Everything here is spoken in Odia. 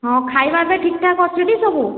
ହଁ ଖାଇବା ଏବେ ଠିକ୍ ଠାକ୍ ଅଛିଟି ସବୁ